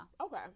okay